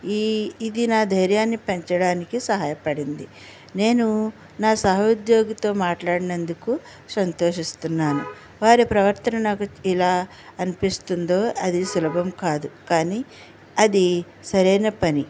ఈ ఇది నా ధైర్యాన్ని పెంచడానికి సహాయపడింది నేను నా సహోద్యోగితో మాట్లాడినందుకు సంతోషిస్తున్నాను వారి ప్రవర్తన నాకు ఇలా అనిపిస్తుందో అది సులభం కాదు కానీ అది సరైన పని